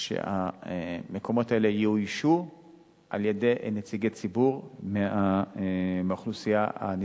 שהמקומות האלה יאוישו על-ידי נציגי ציבור מהאוכלוסייה הנזקקת.